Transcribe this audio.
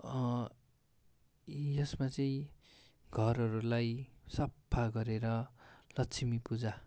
यसमा चाहिँ घरहरूलाई सफा गरेर लक्ष्मीपूजा